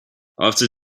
after